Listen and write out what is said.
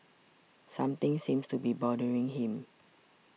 something seems to be bothering him